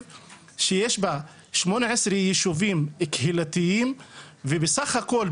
שיש בה 18 יישובים קהילתיים ובסך הכול,